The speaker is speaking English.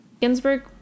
Ginsburg